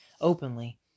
openly